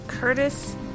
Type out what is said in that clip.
Curtis